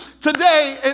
today